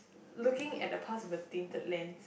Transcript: looking at the past with a tinted lens